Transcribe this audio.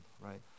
right